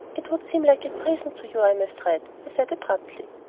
it would seem like a prison to you, i am afraid, he said abruptly.